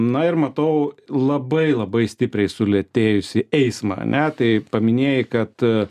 na ir matau labai labai stipriai sulėtėjusį eismą ane tai paminėjai kad